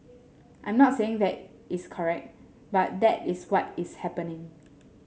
I'm not saying that is correct but that is what is happening